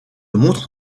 montre